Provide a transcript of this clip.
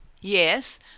Yes